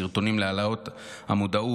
סרטונים להעלאת המודעות,